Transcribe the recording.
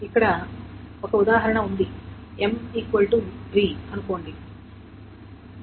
ఇక్కడ ఒక ఉదాహరణ ఉంది M 3 అనుకోండి